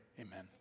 amen